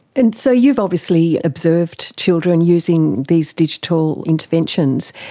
and so you've obviously observed children using these digital interventions.